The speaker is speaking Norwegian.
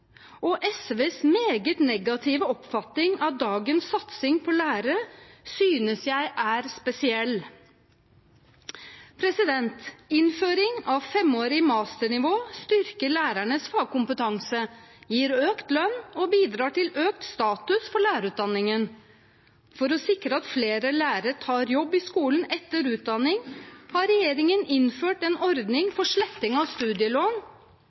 Og SVs meget negative oppfatning av dagens satsing på lærere synes jeg er spesiell. Innføring av femårig masterutdanning styrker lærernes fagkompetanse, gir økt lønn og bidrar til økt status for lærerutdanningen. For å sikre at flere lærere tar jobb i skolen etter utdanning har regjeringen innført en ordning for sletting av studielån.